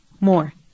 more